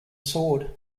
sword